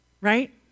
Right